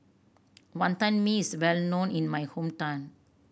Wantan Mee is well known in my hometown